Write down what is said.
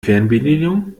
fernbedienung